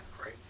right